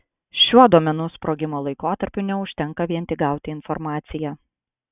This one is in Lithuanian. šiuo duomenų sprogimo laikotarpiu neužtenka vien tik gauti informaciją